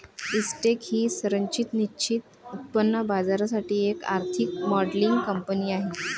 Intex ही संरचित निश्चित उत्पन्न बाजारासाठी एक आर्थिक मॉडेलिंग कंपनी आहे